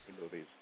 movies